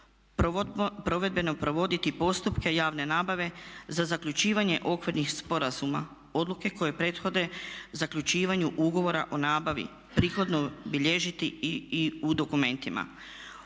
Provedbeno provoditi postupke javne nabave za zaključivanje okvirnih sporazuma, odluke koje prethode zaključivanju ugovora o nabavi prethodno bilježiti u dokumentima.